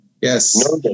Yes